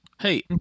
Hey